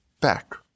back